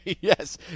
yes